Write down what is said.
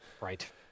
Right